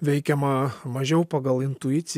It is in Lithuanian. veikiama mažiau pagal intuiciją